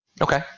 okay